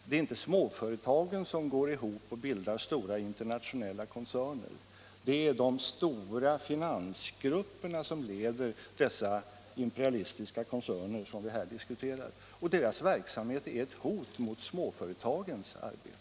Det är inte småföretågen som går ihop och bildar stora internationella koncerner, utan det är de stora finansgrupperna som leder dessa imperialistiska koncerner som vi här diskuterar, och deras verksamhet är ett hot mot småföretagens arbete.